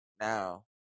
now